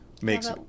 makes